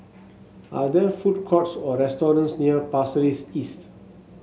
are there food courts or restaurants near Pasir Ris East